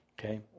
Okay